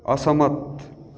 असहमत